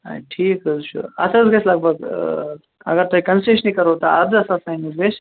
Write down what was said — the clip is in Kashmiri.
اَدٕ ٹھیٖک حظ چھُ اَتھ حظ گَژھہِ لگ بھگ ٲں اگر تۄہہِ کنسیشنٕے کَرہو تہٕ اردَہ ساس تانی حظ گَژھہِ